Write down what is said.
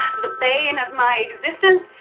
the bane of my existence.